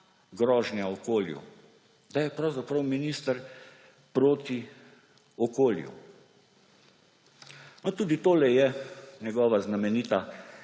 grožnja okolju, da je pravzaprav minister proti okolju. No, tudi tole je njegova znamenita